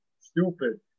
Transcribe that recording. stupid